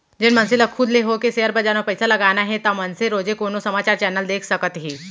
जेन मनसे ल खुद ले होके सेयर बजार म पइसा लगाना हे ता मनसे रोजे कोनो समाचार चैनल देख सकत हे